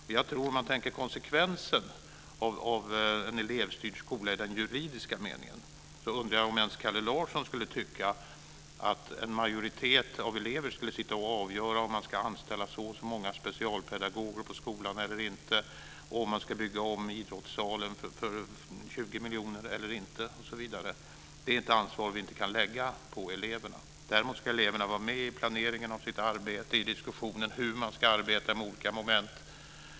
Om man tänker på konsekvenserna av en elevstyrd skola i juridisk mening undrar jag om ens Kalle Larsson skulle tycka att en majoritet av elever skulle sitta och avgöra om ett visst antal specialpedagoger ska anställas på skolan eller inte och om man ska bygga om idrottssalen för 20 miljoner eller inte, osv. Det är ett ansvar som vi inte kan lägga på eleverna. Däremot ska eleverna vara med i planeringen av sitt arbete, i diskussionen om hur man ska arbeta med olika moment.